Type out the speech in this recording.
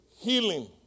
Healing